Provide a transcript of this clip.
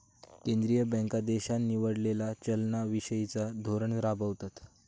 केंद्रीय बँका देशान निवडलेला चलना विषयिचा धोरण राबवतत